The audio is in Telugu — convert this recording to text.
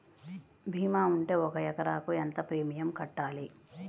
భీమా ఉంటే ఒక ఎకరాకు ఎంత ప్రీమియం కట్టాలి?